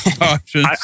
Options